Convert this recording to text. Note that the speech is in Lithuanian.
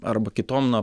arba kitom na